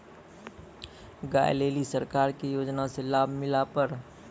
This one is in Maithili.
गाय ले ली सरकार के योजना से लाभ मिला पर?